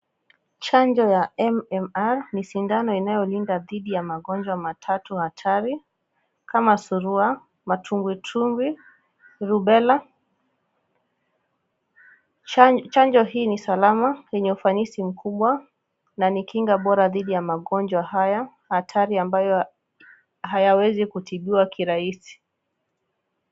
Chanjo ya M-M-R ni chanjo inayolinda dhidi ya magonjwa matatu hatari kama surua, matumbwitumbwi, rubela. Chanjo hii ni salama wenye iufanisi mkubwa na ni kinga bora dhidi ya magonjwa haya hatari ambayo hayawezi kutibiwa kirahisi.